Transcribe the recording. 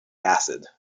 acid